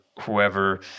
whoever